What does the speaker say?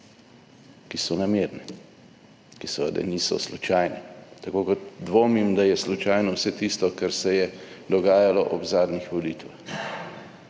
ki so namerne, ki seveda niso slučajne. Tako kot dvomim, da je slučajno vse tisto, kar se je dogajalo ob zadnjih volitvah.